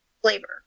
flavor